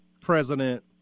President